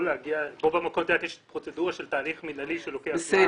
יודעת, יש פרוצדורה של תהליך מנהלי שלוקח זמן.